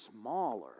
smaller